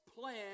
plan